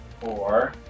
four